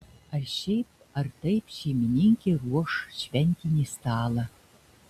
ar šiaip ar taip šeimininkė ruoš šventinį stalą